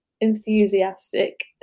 enthusiastic